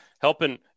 helping